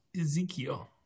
Ezekiel